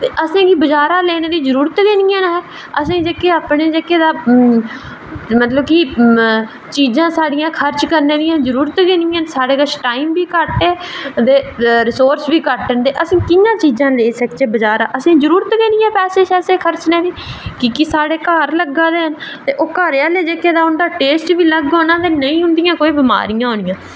ते असेंगी बजारै दा लैने दी जरूरत गै निं ऐ असेंगी जेह्के ता अपने जेह्के तां चीज़ां साढ़े खर्च करने दी जरूरत गै निं ऐ साढ़े कोल रिसोर्स घट्ट ऐ ते टाईम बी घट्ट ऐ ते अस कि'यां चीज़ लेई सकदे न बजारै दा ते असेंगी जरूरत गै निं ऐ पैसे खर्च करने दी क्योंकि साढ़े घर लग्गे दे न ते ओह् जेह्के घरै आह्ले न ते उंदा टेस्ट ई अलग होना ते नेईं उं'दियां बमारियां होनियां